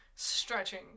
stretching